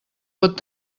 pot